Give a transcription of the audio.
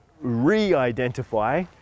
re-identify